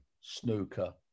snooker